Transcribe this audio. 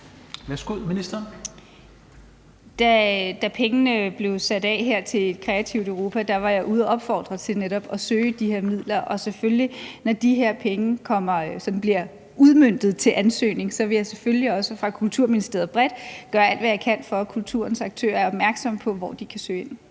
Da pengene her blev sat af til Et Kreativt Europa, var jeg netop ude at opfordre til at søge de her midler, og når de her penge sådan bliver udmøntet til ansøgning, vil jeg selvfølgelig også fra Kulturministeriets side bredt gøre alt, hvad jeg kan, for at kulturens aktører er opmærksomme på, hvor de kan søge ind.